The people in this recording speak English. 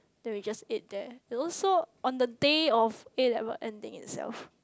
then we just ate there there also on the day of A-level end day itself